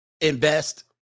invest